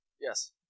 Yes